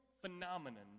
phenomenon